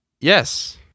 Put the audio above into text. Yes